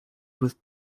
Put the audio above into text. with